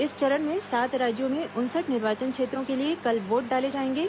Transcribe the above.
इस चरण में सात राज्यों में उनसठ निर्वाचन क्षेत्रों के लिए कल वोट डाले जायेंगे